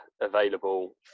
available